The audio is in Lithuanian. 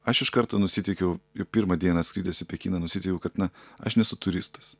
aš iš karto nusiteikiau pirmą dieną atskridęs į pekiną nusiteikiau kad na aš nesu turistas